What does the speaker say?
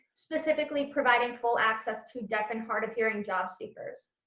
specifically providing full access to deaf and hard-of-hearing jobseekers.